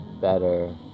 better